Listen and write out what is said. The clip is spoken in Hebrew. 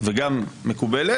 שהיא גם מקובלת,